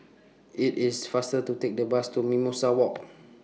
IT IS faster to Take The Bus to Mimosa Walk